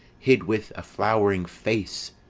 hid with a flow'ring face!